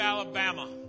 Alabama